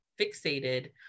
fixated